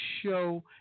show